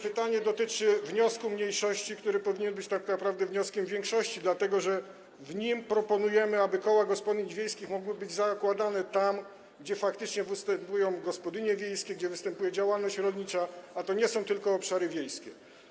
Pytanie dotyczy wniosku mniejszości, który powinien być tak naprawdę wnioskiem większości, dlatego że w nim proponujemy, aby koła gospodyń wiejskich mogły być zakładane tam, gdzie faktycznie występują gospodynie wiejskie, gdzie występuje działalność rolnicza, a to nie są tylko obszary wiejskie.